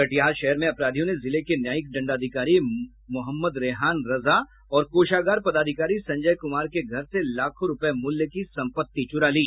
कटिहार शहर में अपराधियों ने जिले के न्यायिक दंडाधिकारी मोहम्मद रेहान रजा और कोषागार पदाधिकारी संजय कुमार के घर से लाखों रूपये मूल्य की संपत्ति चुरा ली